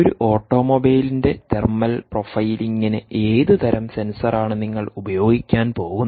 ഒരു ഓട്ടോമൊബൈലിന്റെ തെർമൽ പ്രൊഫൈലിംഗിന് ഏത് തരം സെൻസറാണ് നിങ്ങൾ ഉപയോഗിക്കാൻ പോകുന്നത്